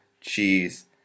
cheese